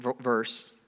verse